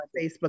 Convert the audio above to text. facebook